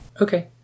Okay